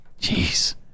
Jeez